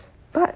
but